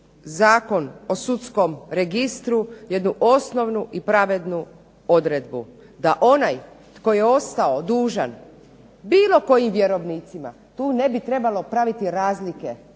Zakon o Sudskom registru jednu osnovnu i pravednu odredbu, da onaj tko je ostao dužan bilo kojim vjerovnicima tu ne bi trebalo praviti razlike,